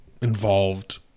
involved